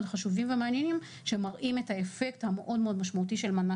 חשובים ומעניינים שמראים את האפקט המאוד מאוד משמעותי של מנה